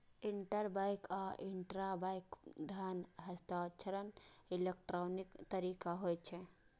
interbank आ intrabank धन हस्तांतरण इलेक्ट्रॉनिक तरीका होइ छै